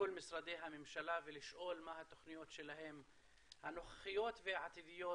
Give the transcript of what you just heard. משרדי הממשלה ולשאול מה התוכניות שלהם הנוכחיות והעתידיות